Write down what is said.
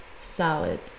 salad